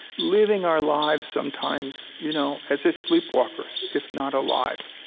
living our lives sometimes you know as if sleepwalkers if not alive.